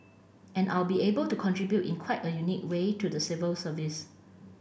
and I'll be able to contribute in quite a unique way to the civil service